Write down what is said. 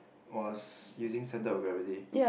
was using center of gravity